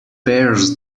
bears